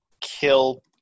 kill